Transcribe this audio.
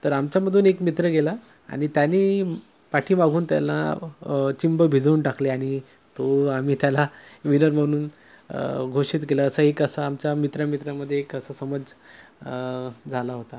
तर आमच्यामधून एक मित्र गेला आणि त्यानी पाठीमागून त्याला चिंब भिजवून टाकले आणि तो आम्ही त्याला विनर म्हणून घोषित केला असा एक असा आमच्या मित्रा मित्रामध्ये एक असं समज झाला होता